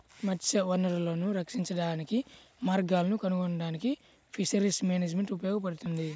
మత్స్య వనరులను రక్షించడానికి మార్గాలను కనుగొనడానికి ఫిషరీస్ మేనేజ్మెంట్ ఉపయోగపడుతుంది